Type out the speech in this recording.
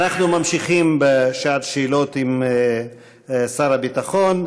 אנחנו ממשיכים בשעת שאלות עם שר הביטחון.